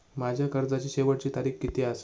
माझ्या कर्जाची शेवटची तारीख किती आसा?